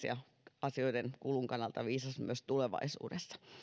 ja asioiden kulun kannalta viisas myös tulevaisuudessa